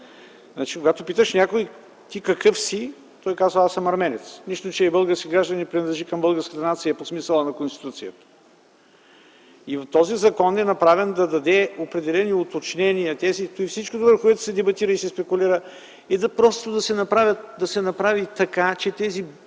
Значи, когато питаш някой: „Ти какъв си?”, той казва: „Аз съм арменец”, нищо, че е български гражданин и принадлежи към българската нация по смисъла на Конституцията. Този закон е направен, за да даде определени уточнения, а не всичко друго, по което се дебатира и спекулира. Просто да се направи така, че тези,